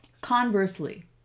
Conversely